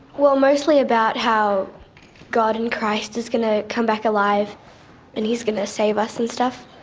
well, mostly about how god and christ is going to come back alive and he's going to save us and stuff.